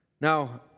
Now